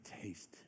taste